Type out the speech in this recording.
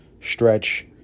stretch